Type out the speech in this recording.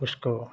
उसको